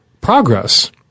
progress